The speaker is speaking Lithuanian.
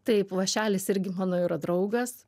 taip vašelis irgi mano yra draugas